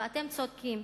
ואתם צודקים.